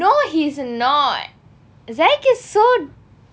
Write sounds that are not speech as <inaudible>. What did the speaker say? no he's not zack is so <noise>